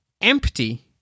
empty